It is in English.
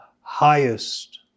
highest